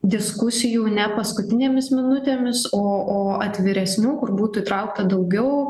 diskusijų ne paskutinėmis minutėmis o o atviresnių kur būtų įtraukta daugiau